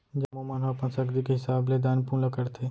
जम्मो मन ह अपन सक्ति के हिसाब ले दान पून ल करथे